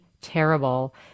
terrible